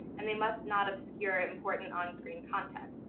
and they must not obscure important onscreen content.